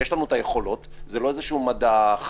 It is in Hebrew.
יש לנו את היכולות, זה לא איזשהו מדע חלל.